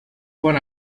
quan